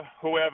whoever